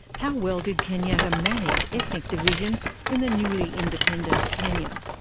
how well did kenyatta manage ethic division in the newly independent kenya?